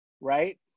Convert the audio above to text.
right